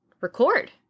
record